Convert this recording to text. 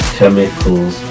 chemicals